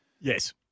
Yes